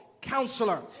counselor